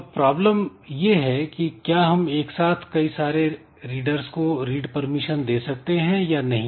अब प्रॉब्लम यह है कि क्या हम एक साथ कई सारे रीडर्स को रीड परमिशन दे सकते हैं या नहीं